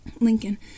Lincoln